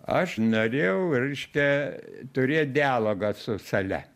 aš norėjau reiškia turėt dialogą su sale